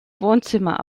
wohnzimmer